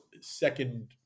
second